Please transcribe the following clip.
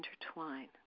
intertwine